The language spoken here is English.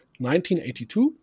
1982